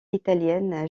italienne